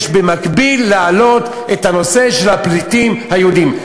יש במקביל להעלות את הנושא של הפליטים היהודים.